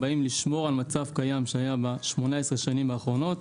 לשמור על מצב קיים מזה 18 שנים אחרונות.